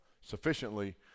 sufficiently